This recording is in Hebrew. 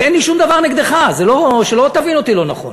ואין לי שום דבר נגדך, שלא תבין אותי לא נכון.